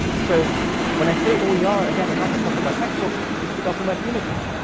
so when i say oer, yeah again, i'm not just talking about textbooks, you can be talking about images.